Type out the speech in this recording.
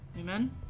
Amen